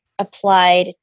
applied